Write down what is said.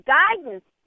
guidance